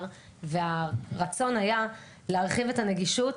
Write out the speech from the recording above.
והרצון היה להרחיב את הנגישות,